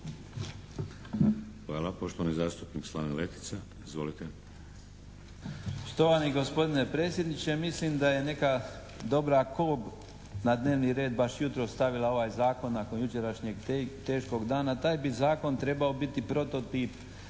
Hvala. Poštovani zastupnik Slaven Letica. Izvolite. **Letica, Slaven (Nezavisni)** Štovani gospodine predsjedniče, mislim da je neka dobra kob na dnevni red baš jutros stavila ovaj zakon nakon jučerašnjeg teškog dana. Taj bi zakon trebao biti prototip